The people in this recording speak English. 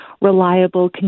reliable